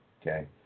Okay